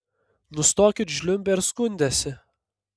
nustokit žliumbę ir skundęsi